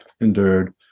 endured